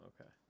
okay